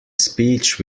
speech